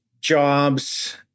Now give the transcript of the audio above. jobs